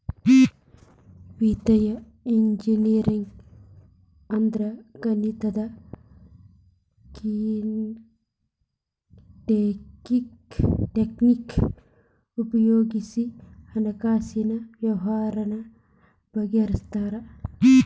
ವಿತ್ತೇಯ ಇಂಜಿನಿಯರಿಂಗ್ ಅಂದ್ರ ಗಣಿತದ್ ಟಕ್ನಿಕ್ ಉಪಯೊಗಿಸಿ ಹಣ್ಕಾಸಿನ್ ವ್ಯವ್ಹಾರಾನ ಬಗಿಹರ್ಸ್ತಾರ